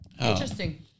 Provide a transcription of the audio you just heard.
Interesting